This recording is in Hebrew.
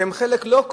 שהם לא החלק העיקרי,